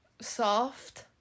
Soft